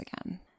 again